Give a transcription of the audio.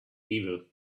evil